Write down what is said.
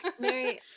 Mary